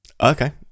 Okay